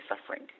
suffering